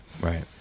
Right